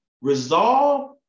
resolve